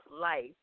life